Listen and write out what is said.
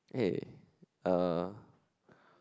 hey uh